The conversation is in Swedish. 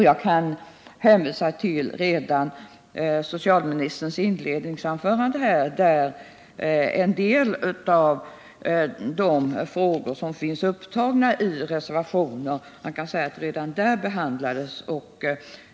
Jag kan hänvisa till socialministerns inledningsanförande, där en del av de frågor som finns upptagna i reservationer redan har behandlats.